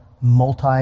multi